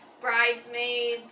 Bridesmaids